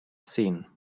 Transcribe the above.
sehen